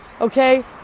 Okay